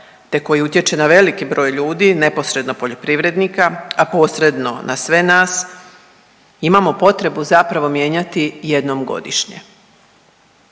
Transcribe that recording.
te koji utječe na veliki broj ljudi neposredno poljoprivrednika, a posredno na sve nas imamo potrebu zapravo mijenjati jednom godišnje.